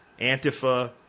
Antifa